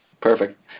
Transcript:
perfect